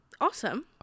awesome